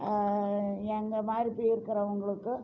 எங்களை மாதிரி இப்போ இருக்கிறவங்களுக்கு